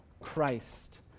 Christ